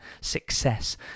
success